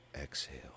exhale